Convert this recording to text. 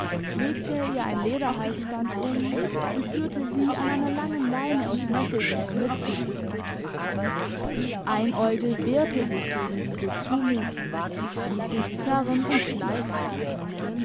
legte er ihr ein lederhalsband um und führte sie an einer langen leine aus nesselschnur mit sich einäugel wehrte sich gegen diese zumutung ließ sich zerren und schleifen